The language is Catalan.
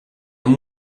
amb